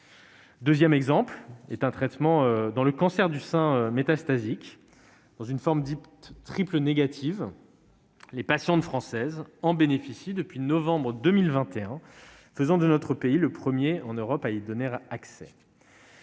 deuxième exemple est celui du traitement du cancer du sein métastasique sous une forme dite « triple négative ». Les patientes françaises en bénéficient depuis novembre 2021, ce qui fait de notre pays le premier en Europe à y donner accès.